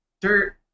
Dirt